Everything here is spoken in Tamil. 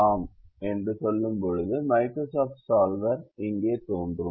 ஆம் என்று சொல்லும்போது மைக்ரோசாஃப்ட் சால்வர் இங்கே தோன்றும்